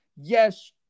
yes